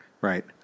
Right